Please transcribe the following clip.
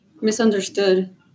misunderstood